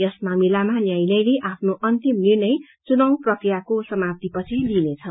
यस मामिलामा न्यायलयले आफ्नो अन्तिम निर्णय चुनाउ प्रक्रियाको समाप्ति पछि दिइनेछ